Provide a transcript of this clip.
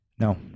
No